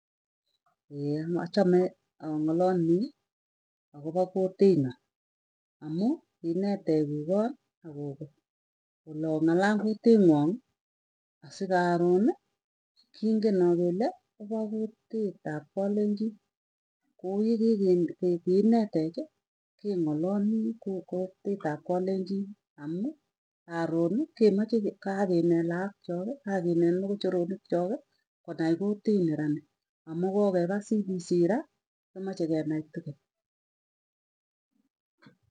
achame ang'alalii akopa kutinyu, amuu kiinetech kukoo ak koko kole ong'alal kuti ng'ong sikaron kingenok kele, opokutit ap kalenjin kuu yekiinetechi keng'alalii ko kutit ap kalenjin amuu karon kemache kakinet laak chook kakinet mokochoronik choki, konai kutiini rani amuu kokepa cbc raa komache kenai tukul.